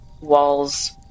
walls